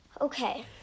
Okay